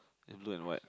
blue and white